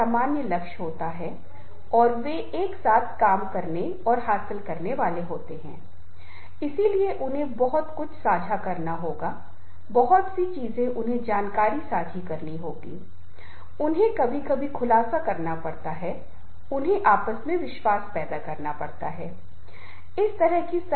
हाल ही में नेताओं को टीम के नेताओं के रूप में माना जाता है बहुत बार उन्हें उत्तर घर 2009 तक टीम के नेता के रूप में कहा जाता है उन्होंने इस पर काम किया है